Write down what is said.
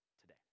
today